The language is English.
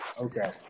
Okay